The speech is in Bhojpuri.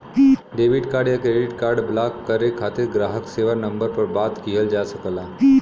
डेबिट कार्ड या क्रेडिट कार्ड ब्लॉक करे खातिर ग्राहक सेवा नंबर पर बात किहल जा सकला